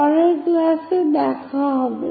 পরের ক্লাসে দেখা হবে